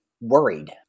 worried